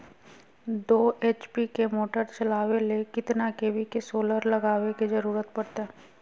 दो एच.पी के मोटर चलावे ले कितना के.वी के सोलर लगावे के जरूरत पड़ते?